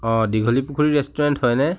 Dighalipukhuri restaurant হয়নে